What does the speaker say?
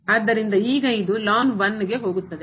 ಆದ್ದರಿಂದ ಈಗ ಇದು ಗೆ ಹೋಗುತ್ತದೆ